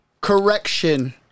correction